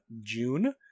June